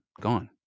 gone